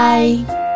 Bye